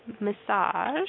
massage